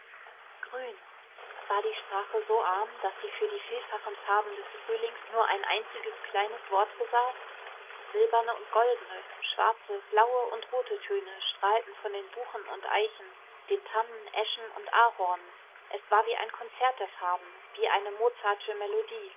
grün war die sprache so arm daß sie für die vielfachen farben des frühlings nur ein einziges kleines wort besaß silberne und goldene schwarze blaue und rote töne strahlten von den buchen und eichen den tannen eschen und ahornen es war wie ein konzert in farben wie eine mozartsche melodie